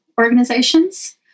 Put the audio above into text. organizations